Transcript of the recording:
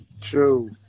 true